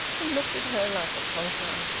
he looked at her like a conqueror.